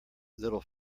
little